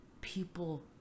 people